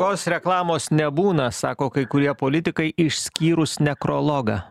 os reklamos nebūna sako kai kurie politikai išskyrus nekrologą